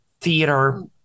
theater